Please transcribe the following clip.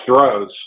throws